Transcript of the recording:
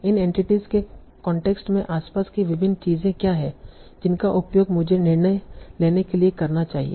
इन entities के context में आसपास की विभिन्न चीजें क्या हैं जिनका उपयोग मुझे निर्णय लेने के लिए करना चाहिए